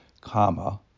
comma